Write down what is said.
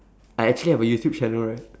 I actually have a youtube channel right